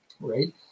right